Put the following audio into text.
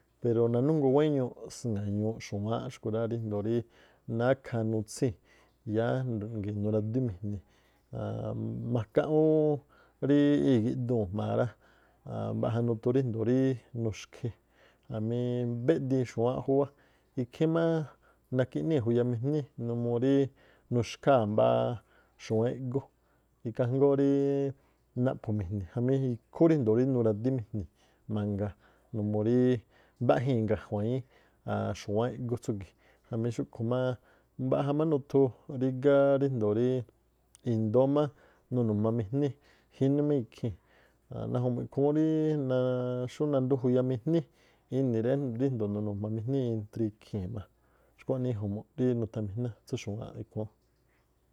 Pero nanújngoo wéñuuꞌ sŋa̱ñu̱ꞌ xu̱wáánꞌ ríjndoo̱ nákhaa nutsíi̱n yáá nuradími̱jni̱, a̱a̱nnꞌ makaꞌ ú rí igi̱ꞌduu̱n jma̱a rá, mbaꞌja nuthu ríjndo̱o nuxkhe jamí mbédiin xu̱wáánꞌ júwá, ikhí nakiꞌníi̱ juyamijní numuu rí nuxkháa̱ mbáá xu̱wán-éꞌgú. Ikhaa jngoóó rí naꞌphu̱mi̱jni̱ jamí ikhú ríndoo̱ rí nuradími̱jni̱ mangaa numuu rí mbaꞌjii̱n ingajuañí xu̱wán-éꞌgú tsúgi̱ꞌ. Jamí xúꞌkhu̱ máá mbaꞌja má nuthu rígá rijndo̱o rí i̱ndóó má nunujmamijní jíná má ikhii̱n a̱nꞌ. Naju̱mu̱ ikhúún xú nandún juyamijní inii ré rijndo̱o nunujmamijní entre ikhii̱n má. Xkuaꞌnii jumu̱ꞌ rí nuthamijná tsú xu̱wáánꞌ ikhúún.